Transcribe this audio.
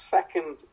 Second